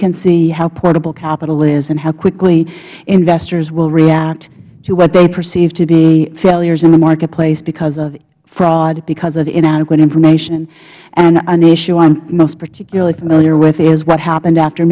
can see how portable capital is and how quickly investors will react to what they perceive to be failures in the marketplace because of fraud because of inadequate information and an issue i'm most particularly familiar with is what happened after